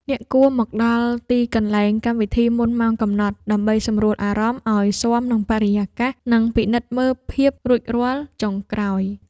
អ្នកគួរមកដល់ទីកន្លែងកម្មវិធីមុនម៉ោងកំណត់ ដើម្បីសម្រួលអារម្មណ៍ឱ្យស៊ាំនឹងបរិយាកាស និងពិនិត្យមើលភាពរួចរាល់ចុងក្រោយ។